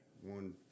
one